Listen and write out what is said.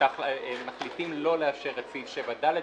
מחליטים לא לאשר את סעיף 7ד,